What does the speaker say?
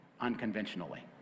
unconventionally